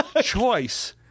choice